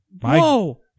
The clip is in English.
Whoa